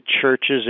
churches